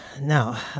Now